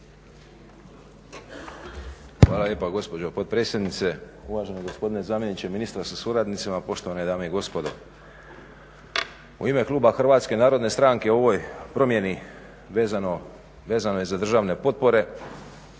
Hvala lijepa gospođo potpredsjednice. Uvaženi gospodine zamjeniče ministra sa suradnicima, poštovane dame i gospodo. U ime kluba HNS-a o ovoj promjeni vezano je za državne potpore,